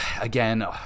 again